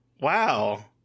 wow